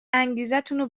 انگیزتونو